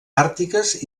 àrtiques